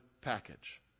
package